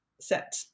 set